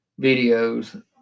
videos